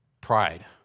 pride